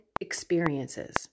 experiences